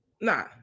Nah